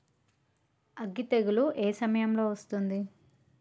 అగ్గి తెగులు ఏ సమయం లో వస్తుంది?